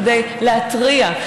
כדי להתריע,